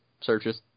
searches